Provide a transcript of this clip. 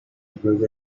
improved